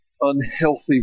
unhealthy